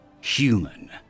human